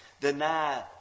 deny